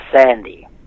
Sandy